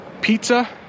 pizza